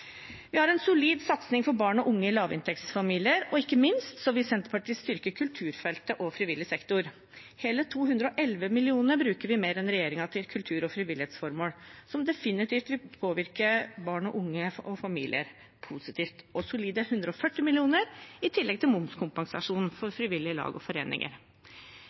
Vi har en solid satsing for barn og unge i lavinntektsfamilier, og ikke minst vil Senterpartiet styrke kulturfeltet og frivillig sektor. Hele 211 mill. kr mer enn regjeringen bruker vi til kultur- og frivillighetsformål, noe som definitivt vil påvirke barn og unge og familier positivt, og solide 140 mill. kr i tillegg til momskompensasjon for frivillige lag og foreninger.